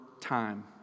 time